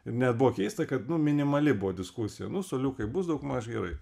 ir net buvo keista kad nu minimali buvo diskusija suoliukai bus daugmaž gerai